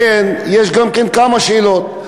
לכן, יש גם כן כמה שאלות.